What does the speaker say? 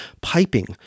piping